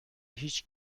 هیچ